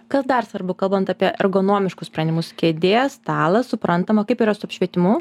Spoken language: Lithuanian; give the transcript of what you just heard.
kas dar svarbu kalbant apie ergonomiškus sprendimus kėdė stalas suprantama kaip yra su apšvietimu